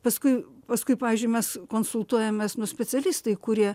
paskui paskui pavyzdžiui mes konsultuojamės nu specialistai kurie